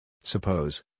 Suppose